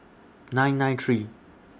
nine nine three